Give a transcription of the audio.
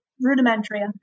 rudimentary